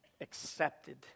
accepted